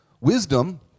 Wisdom